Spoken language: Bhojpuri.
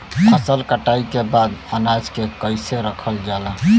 फसल कटाई के बाद अनाज के कईसे रखल जाला?